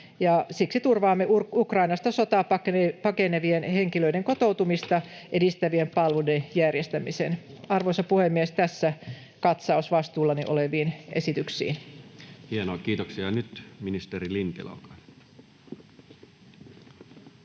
siksi turvaamme Ukrainasta sotaa pakenevien henkilöiden kotoutumista edistävien palveluiden järjestämisen. Arvoisa puhemies! Tässä katsaus vastuullani oleviin esityksiin. [Speech 3] Speaker: Toinen varapuhemies